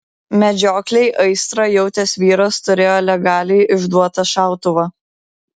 medžioklei aistrą jautęs vyras turėjo legaliai išduotą šautuvą